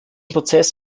prozess